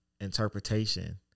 interpretation